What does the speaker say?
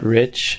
rich